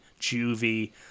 juvie